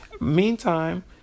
Meantime